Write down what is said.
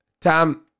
Tom